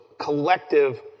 collective